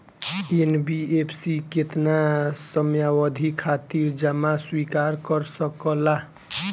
NBFC केतना समयावधि खातिर जमा स्वीकार कर सकला?